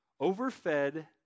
overfed